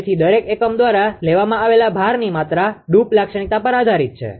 તેથી દરેક એકમ દ્વારા લેવામાં આવેલા ભારની માત્રા ડૂપ લાક્ષણિકતા પર આધારિત છે